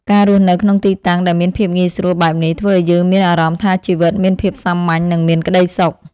ការរស់នៅក្នុងទីតាំងដែលមានភាពងាយស្រួលបែបនេះ ធ្វើឱ្យយើងមានអារម្មណ៍ថាជីវិតមានភាពសាមញ្ញនិងមានក្តីសុខ។